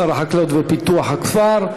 שר החקלאות ופיתוח הכפר.